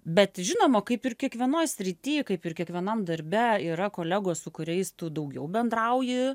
bet žinoma kaip ir kiekvienoj srity kaip ir kiekvienam darbe yra kolegos su kuriais tu daugiau bendrauji